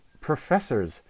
professors